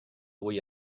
avui